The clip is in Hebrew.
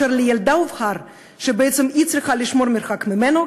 ולילדה הובהר שבעצם היא צריכה לשמור מרחק ממנו.